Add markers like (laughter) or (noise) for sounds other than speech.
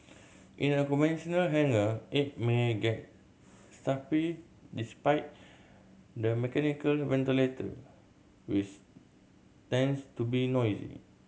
in a conventional hangar it may get stuffy despite the mechanical ventilator (unintelligible) tends to be noisy